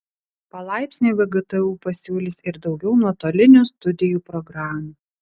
palaipsniui vgtu pasiūlys ir daugiau nuotolinių studijų programų